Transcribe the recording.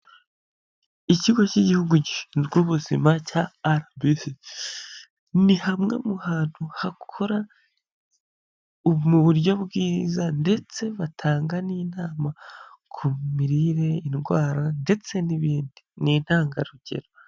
Ikigo cy'igihugu gishinzwe ubuzima cya RBC, ni hamwe mu hantu hakora mu buryo bwiza ndetse batanga n'inama ku mirire, indwara ndetse n'ibindi, ni intangarugero.